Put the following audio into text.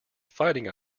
fighting